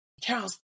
Charles